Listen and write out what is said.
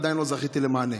עדיין לא זכיתי למענה.